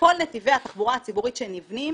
כל נתיבי התחבורה הציבורית שנבנים